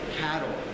cattle